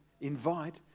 invite